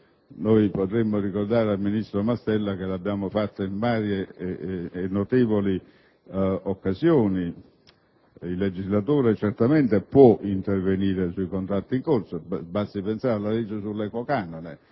Ma potremmo ricordare al ministro Mastella che è stato fatto in molte occasioni. Il legislatore può certamente intervenire sui contratti in corso. Basti pensare alla legge sull'equo canone.